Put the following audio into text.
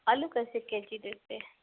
آلو کسیے کے جی دیتے ہیں